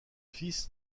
fils